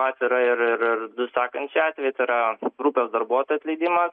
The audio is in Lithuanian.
atvira ir ir sekančiu atveju tai yra grupės darbuotojų atleidimas